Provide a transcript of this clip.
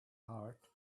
heart